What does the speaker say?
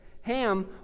Ham